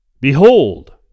Behold